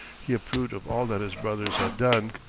he approved of all that his brothers had done,